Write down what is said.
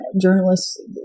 journalists